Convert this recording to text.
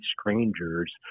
strangers